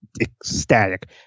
ecstatic